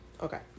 Okay